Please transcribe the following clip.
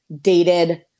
dated